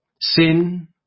Sin